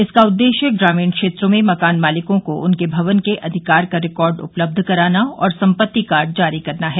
इसका उद्देश्य ग्रामीण क्षेत्रों में मकान मालिकों को उनके भवन के अधिकार का रिकॉर्ड उपलब्ध कराना और सम्पत्ति कार्ड जारी करना है